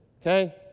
okay